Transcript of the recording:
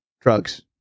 drugs